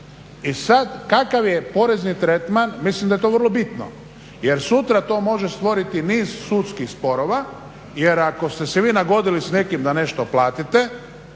I sad, kakav je porezni tretman, mislim da je to vrlo bitno, jer sutra to može stvoriti niz sudskih sporova jer ako ste se vi nagodili s nekim da nešto platite